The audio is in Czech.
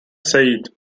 sejít